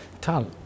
Tal